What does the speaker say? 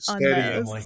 Steady